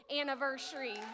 anniversary